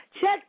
Check